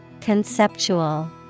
Conceptual